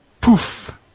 Poof